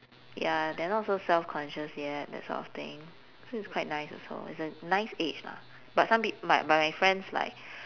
ya they're not so self-conscious yet that sort of thing so it's quite nice also it's a nice age lah but some peop~ but my friends like